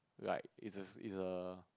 like is is a